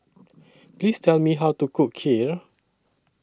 Please Tell Me How to Cook Kheer